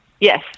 Yes